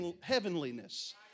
heavenliness